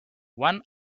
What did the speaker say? one